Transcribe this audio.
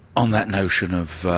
on that notion of